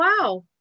wow